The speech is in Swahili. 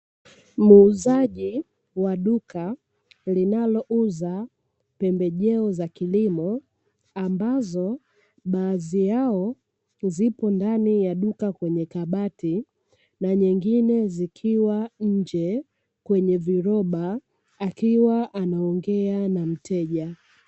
Muuzaji wa duka linalouza pembejeo za kilimo ambazo baadhi yao zipo ndani ya duka kwenye kabati na nyingine, zikiwa nje kwenye viroba, akiwa anaongea na mteja.